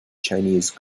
chinese